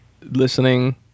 listening